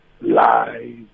Lies